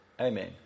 Amen